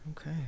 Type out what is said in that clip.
Okay